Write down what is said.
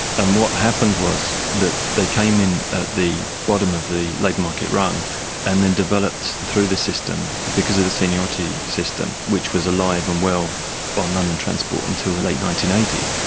and what happened was that they came in at the bottom of the labour like market rung and then developed through the system, because of the seniority system which was alive and well on london transport until the late nineteen eighty s.